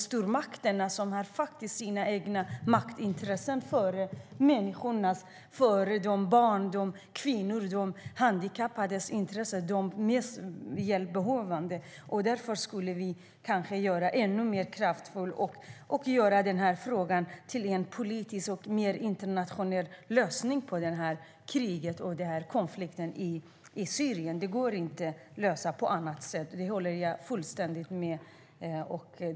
Stormakterna sätter sina egna maktintressen före människors, barns, kvinnors, handikappades, de mest behövandes intressen. För att få en mer internationell lösning på kriget och konflikten i Syrien skulle vi kanske göra ännu mer kraftfulla insatser och göra frågan politisk. Jag håller fullständigt med om att det inte går att lösa på något annat sätt.